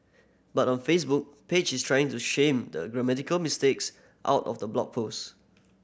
but on Facebook page is trying to shame the grammatical mistakes out of the blog post